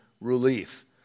relief